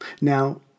Now